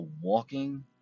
walking